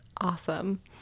awesome